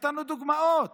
נתנו דוגמאות